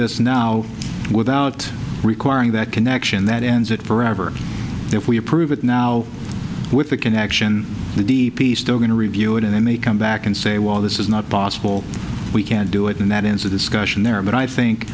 this now without requiring that connection that ends it forever if we approve it now with a connection the d p still going to review it and then they come back and say well this is not possible we can't do it and that ends of the scutcheon there but i think